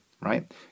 right